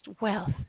wealth